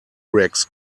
rex